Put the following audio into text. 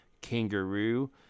Kangaroo